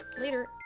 Later